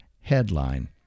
headline